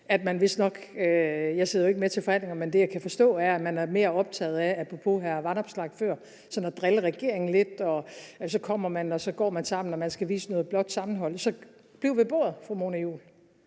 jeg sidder jo ikke med ved forhandlingerne – at man vistnok er mere optaget af, apropos hr. Alex Vanopslagh før, sådan at drille regeringen lidt. Så kommer man, og så går man sammen, og man skal vise noget blåt sammenhold. Det sker jo ved bordet, fru Mona Juul.